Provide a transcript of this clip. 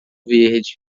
verde